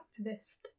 activist